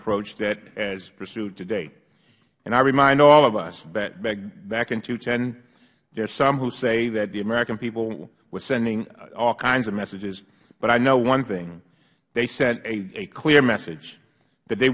approach that is pursued today and i remind all of us that back in two thousand and ten there were some who say that the american people were sending all kinds of messages but i know one thing they sent a clear message that they